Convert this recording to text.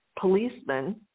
policemen